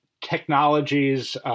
technologies